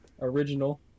original